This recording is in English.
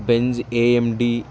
Benz amd